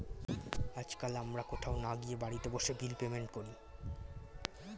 আজকাল আমরা কোথাও না গিয়ে বাড়িতে বসে বিল পেমেন্ট করি